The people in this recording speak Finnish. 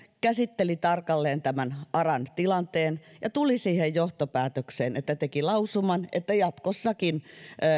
käsitteli tarkalleen tämän aran tilanteen ja tuli siihen johtopäätöksen että teki lausuman että jatkossakin